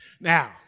Now